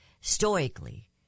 stoically